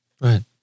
Right